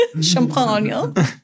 Champagne